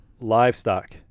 livestock